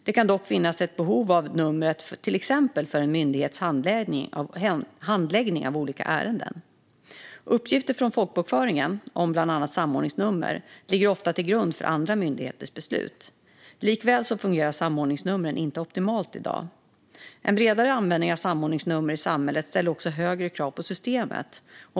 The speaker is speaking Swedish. Det kan dock finnas ett behov av numret till exempel för en myndighets handläggning av olika ärenden. Uppgifter från folkbokföringen, om bland annat samordningsnummer, ligger ofta till grund för andra myndigheters beslut. Likväl fungerar samordningsnumren inte optimalt i dag. En bredare användning av samordningsnummer i samhället ställer också högre krav på systemet.